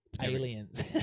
aliens